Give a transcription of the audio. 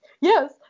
yes